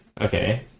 Okay